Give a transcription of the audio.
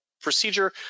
procedure